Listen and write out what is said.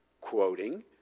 Quoting